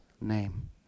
name